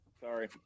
Sorry